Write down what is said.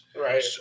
Right